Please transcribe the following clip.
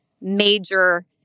major